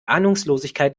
ahnungslosigkeit